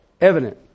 Evident